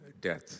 death